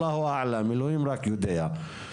אלוהים רק יודע.